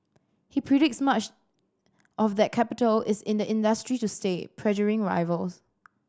he predicts much of that capital is in the industry to stay pressuring rivals